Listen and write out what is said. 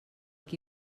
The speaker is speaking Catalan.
qui